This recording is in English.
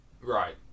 Right